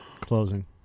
closing